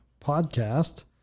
podcast